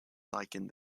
likened